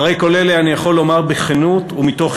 אחרי כל אלה אני יכול לומר בכנות ומתוך